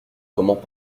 comment